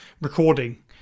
recording